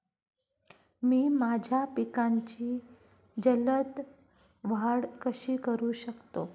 मी माझ्या पिकांची जलद वाढ कशी करू शकतो?